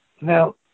Now